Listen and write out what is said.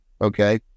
Okay